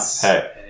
Hey